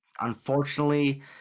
unfortunately